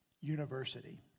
university